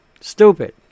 Stupid